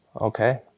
Okay